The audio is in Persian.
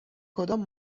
کدام